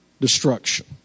destruction